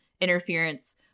interference